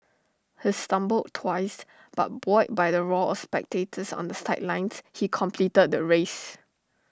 he stumbled twice but buoyed by the roar of spectators on the sidelines he completed the race